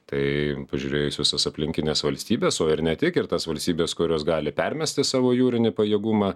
tai pažiūrėjus visas aplinkinės valstybės o ir ne tik ir tas valstybės kurios gali permesti savo jūrinį pajėgumą